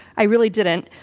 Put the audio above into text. i really didn't.